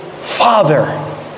Father